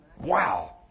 Wow